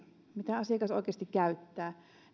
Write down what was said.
mitä asiakas oikeasti käyttää